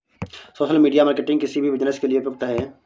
social media marketing किसी भी business के लिए उपयुक्त है